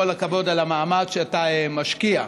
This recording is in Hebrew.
כל הכבוד על המאמץ שאתה משקיע.